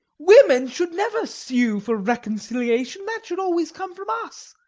women should never sue for reconciliation that should always come from us.